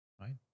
Right